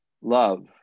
love